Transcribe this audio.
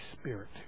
spirit